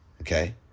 okay